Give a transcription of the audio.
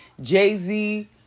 Jay-Z